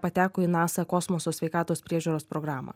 pateko į nasa kosmoso sveikatos priežiūros programą